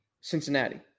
Cincinnati